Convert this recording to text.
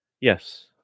yes